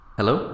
Hello